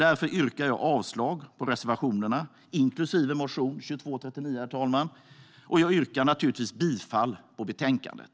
Därför yrkar jag avslag på reservationerna, inklusive motion 2239, herr talman, och jag yrkar naturligtvis bifall till utskottets förslag i betänkandet.